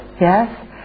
yes